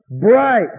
Bright